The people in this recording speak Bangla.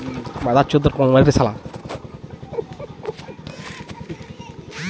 হাইব্রিড চিচিংঙ্গা কত বড় হয়?